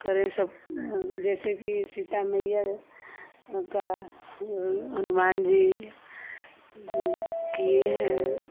करें सब जैसे कि सीता मैया उनका हनुमान जी किए हैं